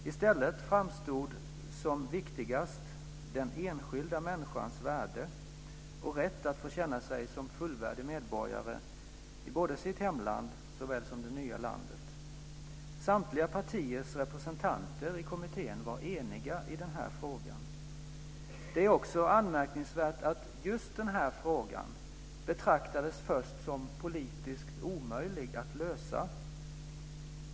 I stället framstod som viktigast den enskilda människans värde och rätt att få känna sig som fullvärdig medborgare i både sitt hemland såväl som det nya landet. Samtliga partiers representanter i kommittén var eniga i denna fråga. Det är också anmärkningsvärt att just den här frågan först betraktades som politiskt omöjlig att lösa.